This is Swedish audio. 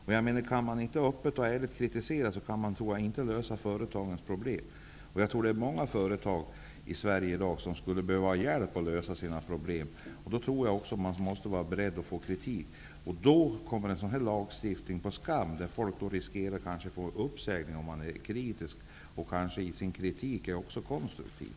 Om man inte öppet och ärligt kan kritisera tror jag inte att man kan lösa företagens problem. Det är nog många företag i Sverige i dag som skulle behöva hjälp att lösa sin problem. Då måste man också vara beredd att få kritik. Då kommer en sådan lagstiftning på skam där folk riskerar att bli uppsagda om de är kritiska och kanske också konstruktiva i sin kritik.